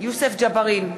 יוסף ג'בארין,